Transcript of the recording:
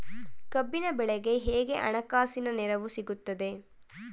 ಕಬ್ಬಿನ ಬೆಳೆಗೆ ಹೇಗೆ ಹಣಕಾಸಿನ ನೆರವು ಸಿಗುತ್ತದೆ?